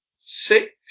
six